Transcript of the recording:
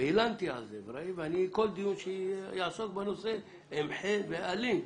הלנתי על זה וכל דיון שיעסוק בנושא, אמחה ואליו.